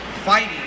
fighting